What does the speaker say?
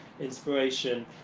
inspiration